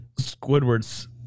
Squidward's